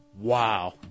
Wow